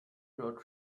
road